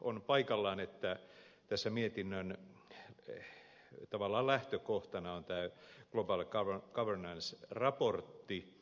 on paikallaan että tässä mietinnön tavallaan lähtökohtana on tämä global governance raportti